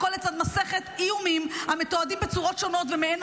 והכול לצד מסכת איומים המתועדים בצורות שונות ומהן